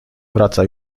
wraca